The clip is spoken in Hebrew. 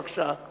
בבקשה.